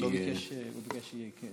הוא ביקש תשובה בכתב.